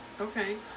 okay